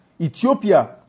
Ethiopia